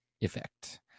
effect